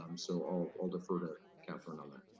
um so i'll i'll defer to kathryn on that.